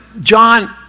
John